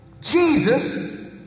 Jesus